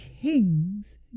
king's